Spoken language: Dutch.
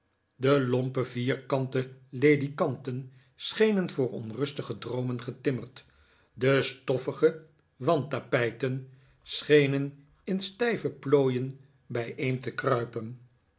de lompe vierkante ledikanten schenen voor onrustige droomen getimmerd de stoffige wandtapijten schenen in stijve plooien bijeen te kruipen